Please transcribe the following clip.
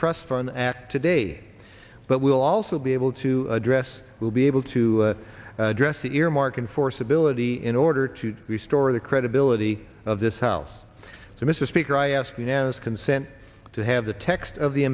trust fund act today but will also be able to address will be able to address the earmark and force ability in order to restore the credibility of this house to mr speaker i ask unanimous consent to have the text of the